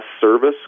service